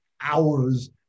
hours